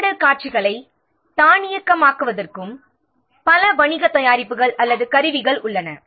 திட்டமிடல் வரிசையை தானியக்கமாக்குவதற்கு பல வணிக தயாரிப்புகள் அல்லது கருவிகள் உள்ளன